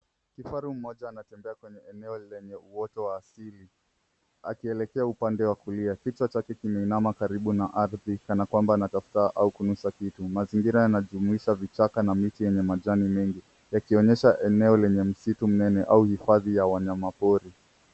Kifaru mmoja anatembea kwenye eneo la uoto wa asili akielekea upande wa kulia. Kichwa chake kimeinama karibu na ardhi kana kwamba anatafuta au kunusa kitu. Mazingira yanajumuisha vichaka na miti yenye majani mengi yakionyesha eneo lenye msitu mnene au hifadhi ya wanyama pori.